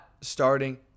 starting